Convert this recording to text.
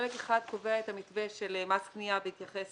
חלק אחד קובע את המתווה של מס קנייה בהתייחס